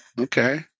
Okay